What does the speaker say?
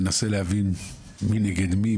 ננסה להבין מי נגד מי,